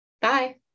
Bye